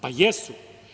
Pa jesu.